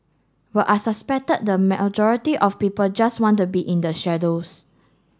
but I suspected the majority of people just want to be in the shadows